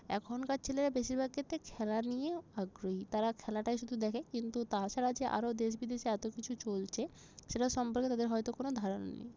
এখনকার ছেলেরা বেশিরভাগ ক্ষেত্রে খেলা নিয়েও আগ্রহী তারা খেলাটাই শুধু দেখে কিন্তু তাছাড়া যে আরও দেশ বিদেশে এত কিছু চলছে সেটা সম্পর্কে তাদের হয়তো কোনো ধারণা নেই